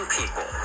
people